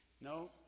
No